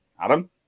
Adam